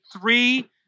three